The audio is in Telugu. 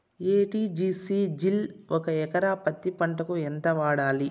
ఎ.టి.జి.సి జిల్ ఒక ఎకరా పత్తి పంటకు ఎంత వాడాలి?